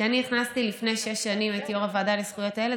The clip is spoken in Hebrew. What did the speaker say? כשאני נכנסתי לפי שש שנים לתפקיד יו"ר הוועדה לזכויות הילד,